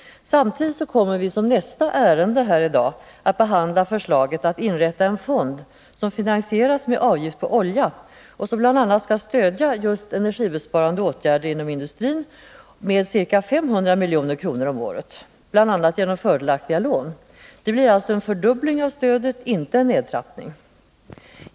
Samtidigt kommer vi som nästa ärende i dag att behandla förslaget att inrätta en fond som finansieras med avgift på olja och som bl.a. skall stödja just energibesparande åtgärder inom industrin med ca 500 milj.kr. om året, bl.a. genom fördelaktiga lån. Det blir alltså en fördubbling av stödet, inte en nedtrappning.